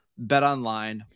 BetOnline